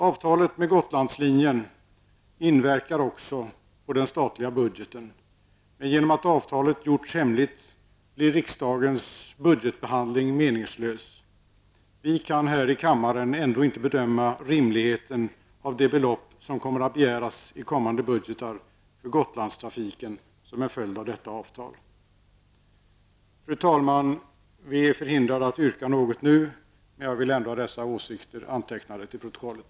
Avtalet med Gotlandslinjen inverkar också på den statliga budgeten, men genom att avtalet har gjorts hemligt blir riksdagens budgetbehandling meningslös. Vi kan här i kammaren ändå inte bedöma rimligheten i de belopp som i kommande budgetar kommer att begäras för Gotlandstrafiken som en följd av detta avtal. Fru talman! Vi är förhindrade att yrka något nu, men jag vill ändå ha dessa åsikter antecknade till protokollet.